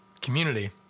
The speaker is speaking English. community